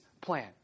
plan